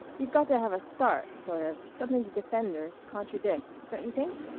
you've got to have a start, sort of something to defend or contradict don't you think?